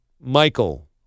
Michael